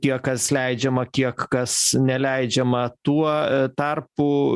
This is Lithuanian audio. kiek kas leidžiama kiek kas neleidžiama tuo tarpu